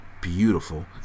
Beautiful